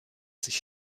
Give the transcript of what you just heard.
sich